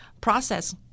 process